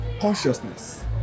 consciousness